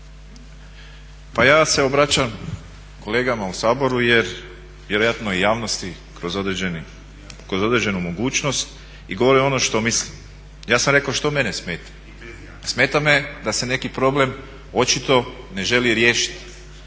Pa ja se obraćam kolegama u Saboru, vjerojatno i javnosti kroz određenu mogućnost i govorim ono što mislim. Ja sam rekao što mene smeta. Smeta me da se neki problem očito ne želi riješiti